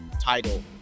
title